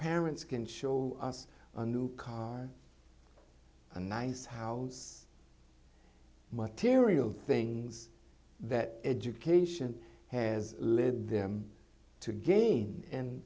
parents can show us a new car a nice house material things that education has led them to gain and